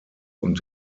und